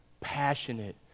passionate